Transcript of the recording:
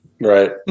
Right